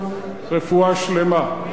רפואה שלמה.